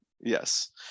yes